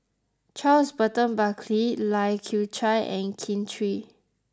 Charles Burton Buckley Lai Kew Chai and Kin Chui